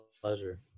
pleasure